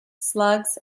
slugs